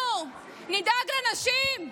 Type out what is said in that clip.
אנחנו נדאג לנשים,